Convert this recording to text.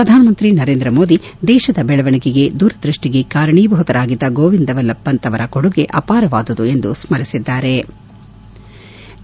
ಪ್ರಧಾನಮಂತ್ರಿ ನರೇಂದ್ರ ಮೋದಿ ದೇಶದ ಬೆಳವಣಿಗೆಗೆ ದೂರದ್ಯಷ್ಷಿಗೆ ಕಾರಣೀಭೂತರಾಗಿದ್ದ ಗೋವಿಂದ್ ವಲ್ಲಭ ಪಂತ್ ಅವರ ಕೊಡುಗೆ ಅಪಾರವಾದುದು ಎಂದು ಸ್ನರಿಸಿದ್ಗಾರೆ